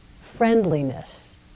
friendliness